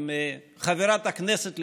עם חברת הכנסת לשעבר,